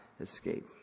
escape